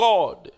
God